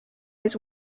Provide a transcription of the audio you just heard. his